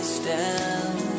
stand